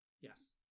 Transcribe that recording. Yes